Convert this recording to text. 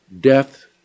death